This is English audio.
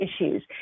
issues